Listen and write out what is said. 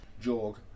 Jorg